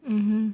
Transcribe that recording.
mmhmm